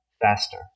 faster